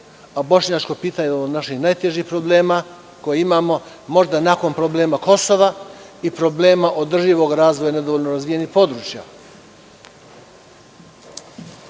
Bošnjačko pitanje jedno je od naših najtežih problema koje imamo, možda nakon problema Kosova i problema održivog razvoja nedovoljno razvijenih područja. Moram